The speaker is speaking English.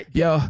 yo